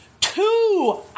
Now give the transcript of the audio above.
two